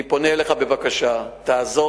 אני פונה אליך בבקשה: תעזור